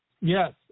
Yes